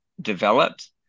developed